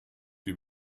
wie